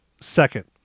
second